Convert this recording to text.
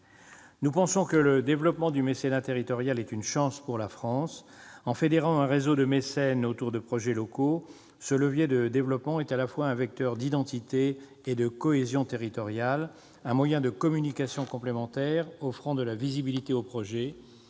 Nous pensons que le développement du mécénat territorial est une chance pour la France. En fédérant un réseau de mécènes autour de projets locaux, ce levier de développement est à la fois un vecteur d'identité et de cohésion territoriale, un moyen de communication complémentaire, offrant de la visibilité aux projets,